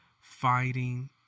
fighting